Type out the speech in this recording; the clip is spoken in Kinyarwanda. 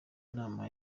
inama